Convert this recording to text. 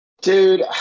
Dude